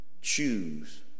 choose